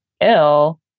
ill